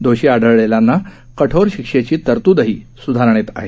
दोषी आढळलेल्यांना कठोर शिक्षेची तरतूदही सुधारणेत आहे